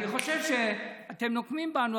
אני חושב שאתם נוקמים בנו,